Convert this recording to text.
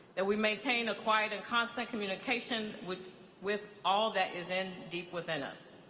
that we maintain a quiet and constant communication with with all that is in deep within us.